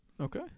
Okay